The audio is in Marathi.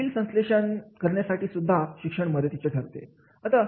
जटील संश्लेषण करण्यासाठी सुद्धा शिक्षण मदतीचे ठरत असते